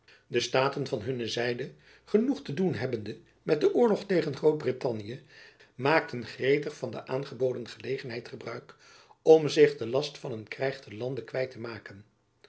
de staten van hunne zijde genoeg te doen hebbende met den oorlog tegen groot-brittanje maakten gretig van de aangeboden gelegenheid gejacob van lennep elizabeth musch bruik om zich den last van een krijg te lande kwijt te maken